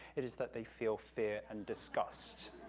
it is that they feel fear and disgust.